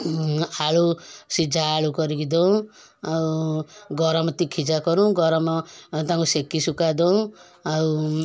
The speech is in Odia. ଆଳୁ ସିଝା ଆଳୁ କରିକି ଦଉଁ ଆଉ ଗରମ ତିକ୍ଷୀଚା କରୁ ଗରମ ତାଙ୍କୁ ସେକି ସୁକା ଦଉଁ ଆଉ